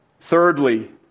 Thirdly